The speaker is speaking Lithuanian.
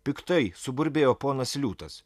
piktai suburbėjo ponas liūtas